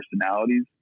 personalities